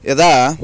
यदा